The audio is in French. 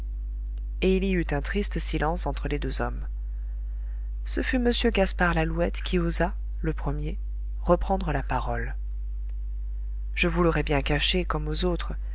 il y eut un triste silence entre les deux hommes ce fut m gaspard lalouette qui osa le premier reprendre la parole je vous l'aurais bien caché comme aux autres